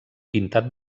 pintat